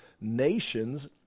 nations